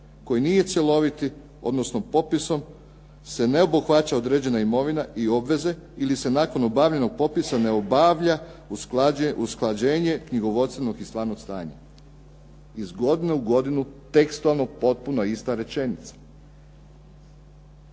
koji nije cjeloviti odnosno popisom se ne obuhvaća određena imovina i obveze ili se nakon obavljenog popisa ne obavlja usklađenje knjigovodstvenog i stvarnog stanja.". Iz godine u godinu tekstualno potpuno ista rečenica.